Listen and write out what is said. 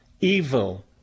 evil